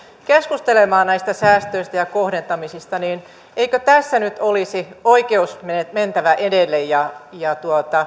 keskustelemaan näistä säästöistä ja kohdentamisista eikö tässä nyt olisi oikeuden mentävä edelle ja ja